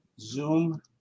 zoom